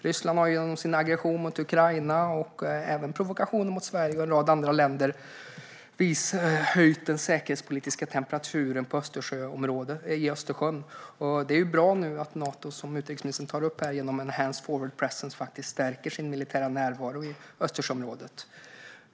Ryssland har genom sin aggression mot Ukraina och även provokationer mot Sverige och en rad andra länder höjt den säkerhetspolitiska temperaturen i Östersjön. Det är bra att Nato nu faktiskt stärker sin militära närvaro genom Enhanced Forward Presence i Östersjöområdet, vilket utrikesministern tar upp.